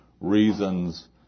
reasons